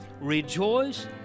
Rejoice